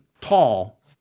tall